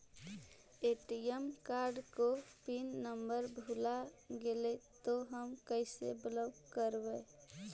ATM card को PIN number भुला गैले तौ हम कैसे ब्लॉक करवै?